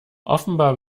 offenbar